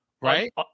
right